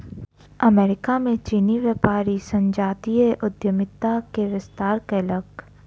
America में चीनी व्यापारी संजातीय उद्यमिता के विस्तार कयलक